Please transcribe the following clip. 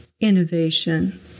innovation